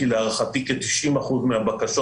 כי להערכתי זה כ-90% מהבקשות.